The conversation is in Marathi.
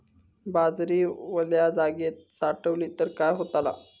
बाजरी वल्या जागेत साठवली तर काय होताला?